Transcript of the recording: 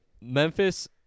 Memphis